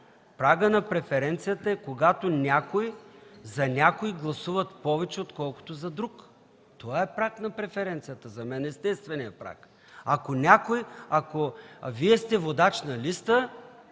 Прагът на преференцията е когато някои за някого гласуват повече, отколкото за друг. Това е прагът на преференцията за мен – естественият праг. Ако Вие сте водач на листа